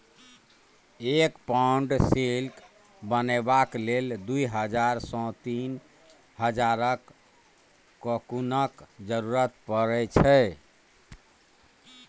एक pound silk बनेबाक लेल दु हजार सँ तीन हजारक कोकुनक जरुरत परै छै